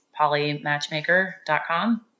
polymatchmaker.com